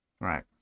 Right